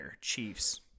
Chiefs